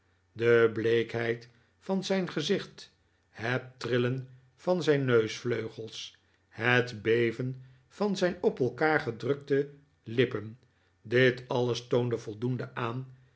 de bleekheid van zijn gezicht het trillen van zijn neusvleugels het beven van zijn op elkaar gedrukte lippen dit alles toonde voldoende aan